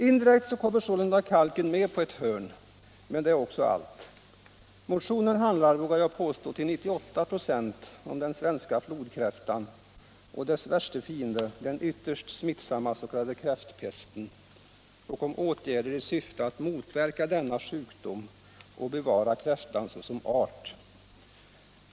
Indirekt kommer sålunda kalken med här på ett hörn, men det är också allt. Motionen handlar, vågar jag påstå, till 98 96 om den svenska flodkräftan och dess värsta fiende, den ytterst smittsamma s.k. kräftpesten, och om åtgärder i syfte att motverka denna sjukdom och bevara kräftan såsom art.